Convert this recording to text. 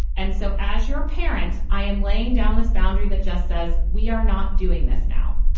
and so as your parent, i am laying down this boundary that just says we are not doing this now.